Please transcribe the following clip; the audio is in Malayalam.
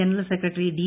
general secretary D